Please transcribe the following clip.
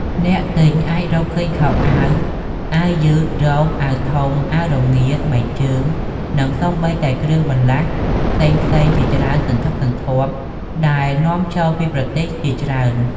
អ្នកទិញអាចរកឃើញខោអាវ អាវយឺត រ៉ូប អាវធំ អាវរងារ ស្បែកជើង និងសូម្បីតែគ្រឿងបន្លាស់ផ្សេងៗជាច្រើនសន្ធឹកសន្ធាប់ដែលនាំចូលពីប្រទេសជាច្រើន។